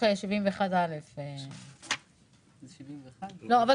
אני מדברת על דוח 71א'. לא משנה.